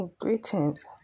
Greetings